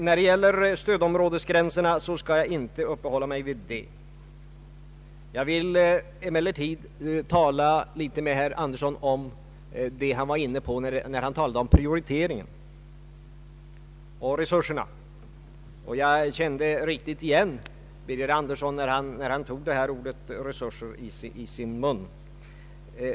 Jag skall inte uppehålla mig vid frågan om stödområdesgränserna. Jag vill emellertid tala med herr Andersson om prioriteringen och resurserna. Jag riktigt kände igen herr Birger Andersson när han tog ordet resurser i sin mun.